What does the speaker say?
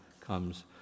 comes